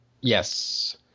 Yes